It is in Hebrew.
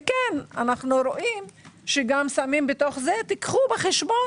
וכן אנו רואים שגם ששמים בתוך זה קחו בחשבון